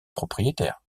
propriétaires